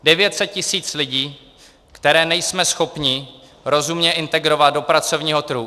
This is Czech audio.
Devět set tisíc lidí, které nejsme schopni rozumně integrovat do pracovního trhu.